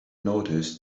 noticed